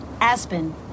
Aspen